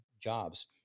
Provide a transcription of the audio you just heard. jobs